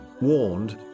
warned